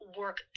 work